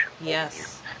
yes